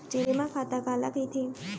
जेमा खाता काला कहिथे?